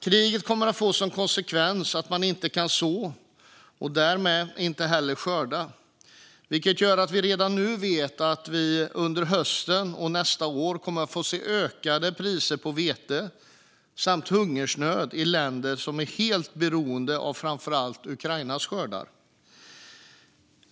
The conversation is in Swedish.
Kriget kommer att få som konsekvens att man inte kan så, och därmed inte heller skörda, vilket gör att vi redan nu vet att vi under hösten och under nästa år kommer att få se ökade priser på vete samt hungersnöd i länder som är helt beroende av framför allt Ukrainas skördar.